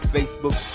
Facebook